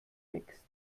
wächst